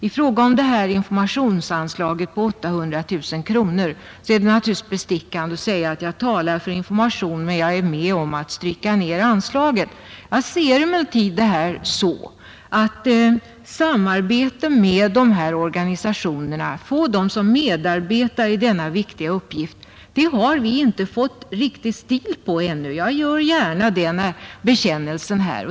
I fråga om informationsanslaget på 800 000 kronor är det naturligtvis bestickande att säga att jag talar för information men att jag är med om att stryka ned anslaget. Jag anser emellertid att vi inte fått full verkningskraft genom samarbetet med olika organisationer för att få dem som medarbetare i denna viktiga uppgift. Jag gör gärna denna bekännelse.